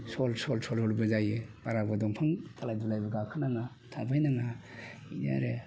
सल सल सलबो जायो बाराबो दंफां खालाय दुलायबो गाखो नाङा थांलाय नाङा इदि आरो